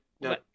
no